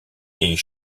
est